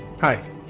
Hi